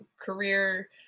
career